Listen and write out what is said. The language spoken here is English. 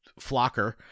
flocker